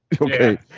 okay